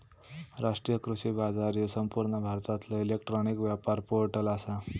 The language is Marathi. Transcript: राष्ट्रीय कृषी बाजार ह्यो संपूर्ण भारतातलो इलेक्ट्रॉनिक व्यापार पोर्टल आसा